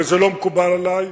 וזה לא מקובל עלי,